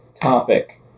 topic